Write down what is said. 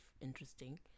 interesting